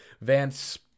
Vance